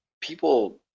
people